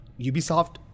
Ubisoft